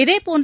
இதேபோன்று